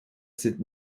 sind